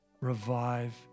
revive